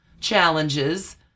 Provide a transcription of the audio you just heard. challenges